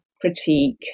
critique